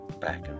back